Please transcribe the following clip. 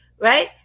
right